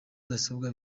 modoka